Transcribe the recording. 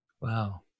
Wow